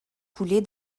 coulée